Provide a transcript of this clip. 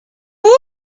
woot